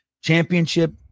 championship